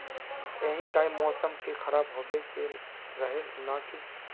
यही टाइम मौसम के खराब होबे के रहे नय की?